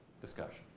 discussion